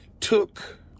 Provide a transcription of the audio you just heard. took